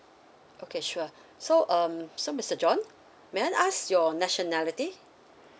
okay sure so um so mister john may I ask your nationality